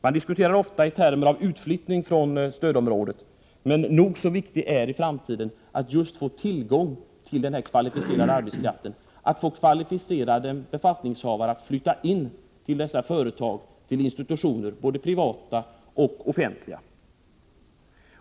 Man diskuterar ofta i termer av utflyttning från stödområdet, men i framtiden kommer det att vara nog så viktigt att få tillgång till den kvalificerade arbetskraften, att få kvalificerade befattningshavare att flytta in till stödområdets företag och institutioner, både privata och offentliga.